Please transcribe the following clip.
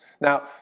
Now